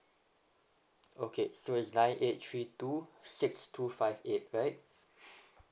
okay so it's nine eight three two six two five eight right